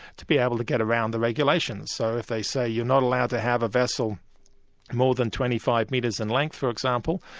to be able to get around the regulations, so if they say, you're not allowed to have a vessel more than twenty five metres in length, for example,